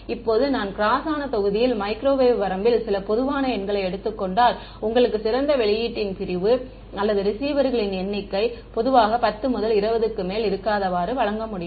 இப்போது நான் க்ராசான தொகுதியில் மைக்ரோவேவ் வரம்பில் சில பொதுவான எண்களை எடுத்துக் கொண்டால் உங்களுக்கு சிறந்த வெளியீட்டின் பிரிவு அல்லது ரிசீவர்களின் எண்ணிக்கை பொதுவாக 10 முதல் 20 க்கு மேல் இருக்காதவாறு வழங்க முடியும்